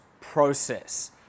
process